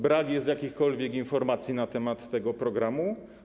Brak jest jakichkolwiek informacji na temat tego programu.